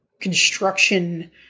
construction